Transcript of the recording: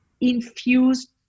infused